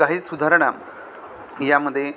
काही सुधारणा यामध्ये